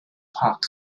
park